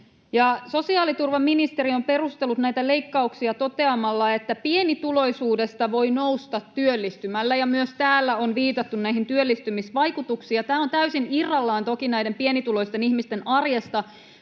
Sosiaaliturvaministeri on perustellut näitä leikkauksia toteamalla, että pienituloisuudesta voi nousta työllistymällä, ja myös täällä on viitattu näihin työllistymisvaikutuksiin. Tämä on toki täysin irrallaan näiden pienituloisten ihmisten arjesta,